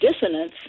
dissonance